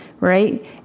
Right